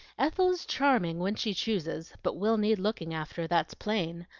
ethel is charming when she chooses, but will need looking after, that's plain,